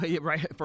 right